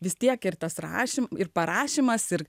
vis tiek ir tas rašymo ir parašymas ir